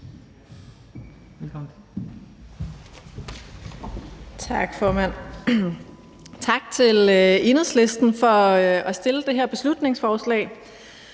Tak til Enhedslisten for at fremsætte det her beslutningsforslag.